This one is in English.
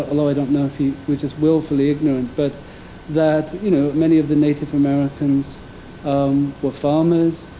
ah although i don't know if he was just willfully ignorant, but that you know many of the native americans um were farmers.